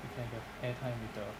you can have air time later